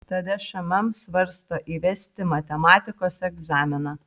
tad šmm svarsto įvesti matematikos egzaminą